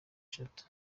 zitatu